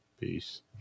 Peace